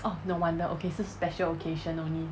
oh no wonder okay 是 special occasion only